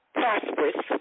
prosperous